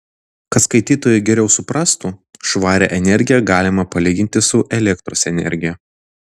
kad skaitytojai geriau suprastų švarią energiją galima palyginti su elektros energija